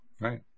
Right